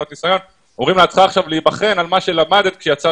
ואומרים לה שעכשיו היא צריכה להיבחן על מה שלמדה כשיצאה